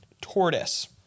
Tortoise